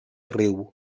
riu